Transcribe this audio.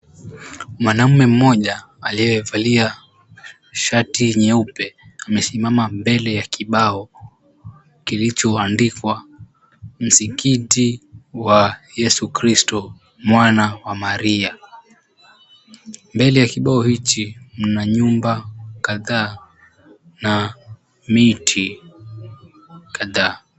Mwanaume mmoja alievalia shati jeupe amesimama mbele ya kibao kilichoandikwa Msikiti wa Yesu Kristo, Mwana wa Maria. Mbele ya kibao hiki kuna nyumba kadhaa na miti kadhaa.